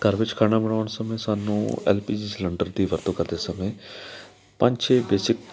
ਘਰ ਵਿੱਚ ਖਾਣਾ ਬਣਾਉਣ ਸਮੇਂ ਸਾਨੂੰ ਐਲ ਪੀ ਜੀ ਸਿਲੰਡਰ ਦੀ ਵਰਤੋਂ ਕਰਦੇ ਸਮੇਂ ਪੰਜ ਛੇ ਬੇਸਿਕ